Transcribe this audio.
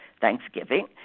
Thanksgiving